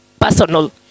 personal